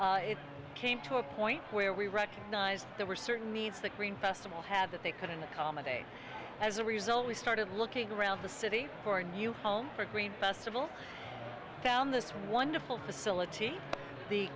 facility it came to a point where we recognized there were certain needs that green festival had that they couldn't accommodate as a result we started looking around the city for a new home for green festival down this wonderful facility the